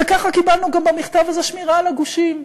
וככה קיבלנו גם במכתב הזה שמירה על הגושים.